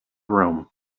room